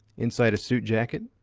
inside a suit jacket,